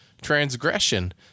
transgression